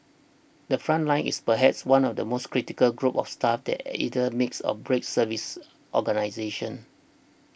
the front line is perhaps one of the most critical groups of staff that either makes or breaks service organisations